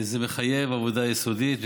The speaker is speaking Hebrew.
זה מחייב עבודה יסודית,